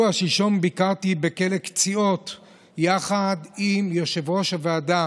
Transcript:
שלשום ביקרתי בכלא קציעות יחד עם יושבת-ראש הוועדה